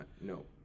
No